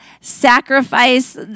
sacrifice